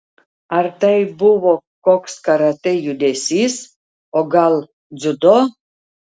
ar tai buvo koks karatė judesys o gal dziudo